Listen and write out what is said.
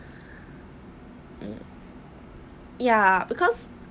mm ya because